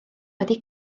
wedi